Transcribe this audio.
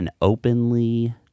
openly